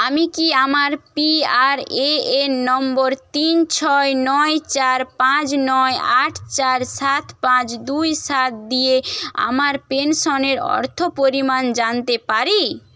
আমি কি আমার পি আর এ এন নম্বর তিন ছয় নয় চার পাঁয নয় আট চার সাত পাঁচ দুই সাত দিয়ে আমার পেনশনের অর্থ পরিমাণ জানতে পারি